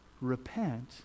repent